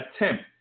attempt